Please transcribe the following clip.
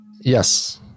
Yes